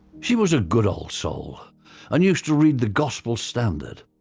she was a good old soul and used to read the gospel standard.